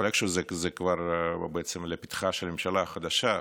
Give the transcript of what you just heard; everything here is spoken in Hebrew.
זה כבר לפתחה של הממשלה החדשה,